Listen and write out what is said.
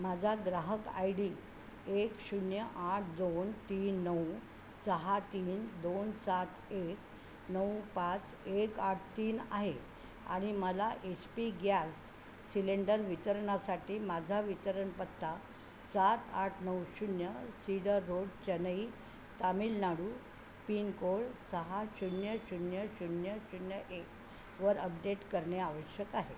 माझा ग्राहक I D एक शून्य आठ दोन तीन नऊ सहा तीन दोन सात एक नऊ पाच एक आठ तीन आहे आणि मला एच पी गॅस सिलेंडर वितरणासाठी माझा वितरण पत्ता सात आठ नऊ शून्य cedar road Chennai Tamil Nadu pin code सहा शून्य शून्य शून्य शून्य एक वर अपडेट करणे आवश्यक आहे